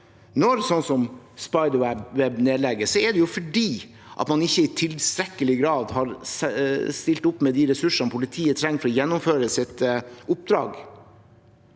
Når slikt som Spiderweb nedlegges, er det fordi man ikke i tilstrekkelig grad har stilt opp med de ressursene politiet trenger for å gjennomføre sitt oppdrag.